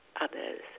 others